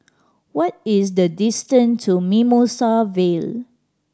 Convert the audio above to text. what is the distance to Mimosa Vale